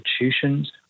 institutions